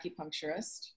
acupuncturist